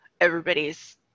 everybody's